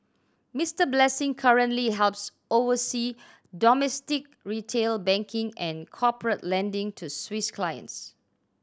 Mister Blessing currently helps oversee domestic retail banking and corporate lending to Swiss clients